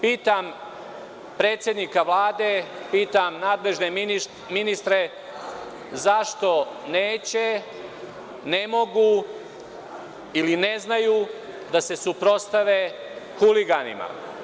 Pitam predsednika Vlade, pitam nadležne ministre zašto neće, ne mogu ili ne znaju da se suprotstave huliganima?